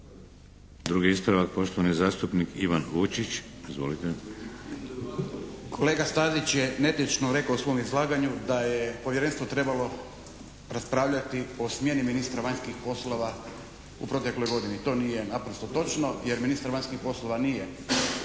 Drugi ispravak, poštovani zastupnik Ivan Vučić. Izvolite. **Vučić, Ivan (HDZ)** Kolega Stazić je netočno rekao u svom izlaganju da je povjerenstvo trebalo raspravljati o smjeni ministra vanjskih poslova u protekloj godini. To nije naprosto točno jer ministar vanjskih poslova nije